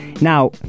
Now